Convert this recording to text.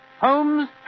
Holmes